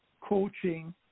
coaching